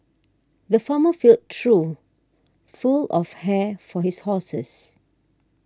the farmer filled trough full of hay for his horses